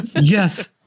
Yes